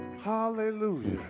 Hallelujah